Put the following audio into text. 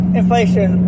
inflation